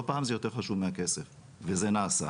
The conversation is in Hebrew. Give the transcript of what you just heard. לא פעם זה יותר חשוב מהכסף, וזה נעשה.